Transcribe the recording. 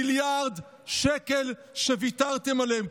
מיליארד שקל שוויתרתם עליהם,